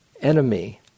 enemy